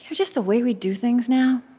just the way we do things now,